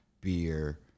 beer